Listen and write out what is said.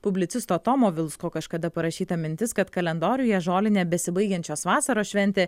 publicisto tomo vilsko kažkada parašyta mintis kad kalendoriuje žolinė besibaigiančios vasaros šventė